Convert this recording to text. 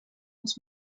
els